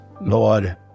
Lord